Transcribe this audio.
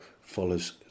follows